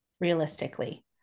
Realistically